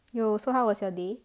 yo so how was your day